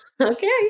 Okay